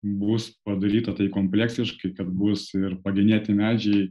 bus padaryta tai kompleksiškai kad bus ir pagenėti medžiai